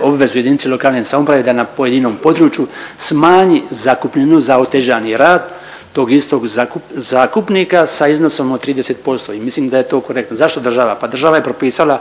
obvezu jedinice lokalne samouprave da na pojedinom području smanji zakupninu za otežani rad tog istog zakupnika sa iznosom od 30% i mislim da je to korektno. Zašto država? Pa država je propisala